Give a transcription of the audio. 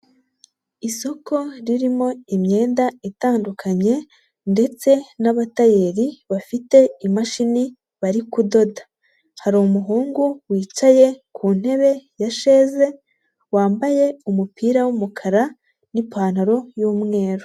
Isoko ririmo imyenda itandukanye ndetse n'abatayeri bafite imashini bari kudoda. Hari umuhungu wicaye ku ntebe yasheze wambaye umupira w'umukara n'ipantaro y'umweru.